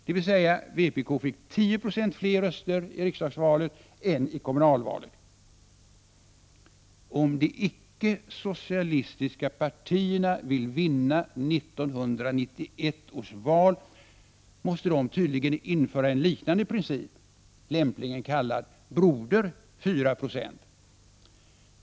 Det vill säga: Vpk fick 10 9> fler röster i riksdagsvalet än i kommunalvalet. Om de icke-socialistiska partierna vill vinna 1991 års val, måste de tydligen införa en liknande princip, lämpligen kallad Broder 4 96.